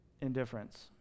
indifference